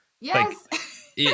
Yes